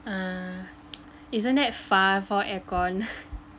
ah isn't that far for aircon